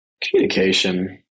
Communication